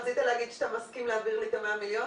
רצית להגיד שאתה מסכים להעביר לי את ה-100 מיליון?